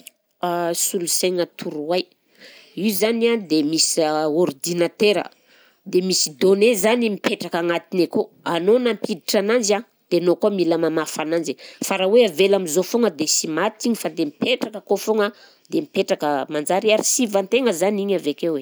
Solosaigna torohay, io zany a dia misy ordinatera, dia misy données zany mipetraka agnatiny akao, anao nampiditra ananzy a, dia anao koa mila mamafa ananzy, fa raha hoe avela am'zao foagna dia sy maty igny fa dia mipetraka akao foagna, dia mipetraka manjary arsivan-tegna zany igny avy akeo e.